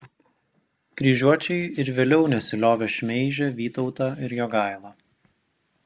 kryžiuočiai ir vėliau nesiliovė šmeižę vytautą ir jogailą